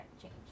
change